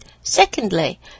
Secondly